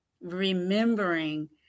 remembering